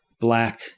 black